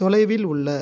தொலைவில் உள்ள